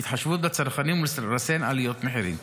להתחשבות בצרכנים ולריסון עליות מחירים.